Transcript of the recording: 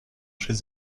chez